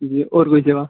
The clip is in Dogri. जी होर कोई सेवा